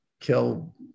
kill